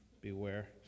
Beware